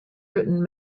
written